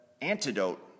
antidote